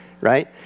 right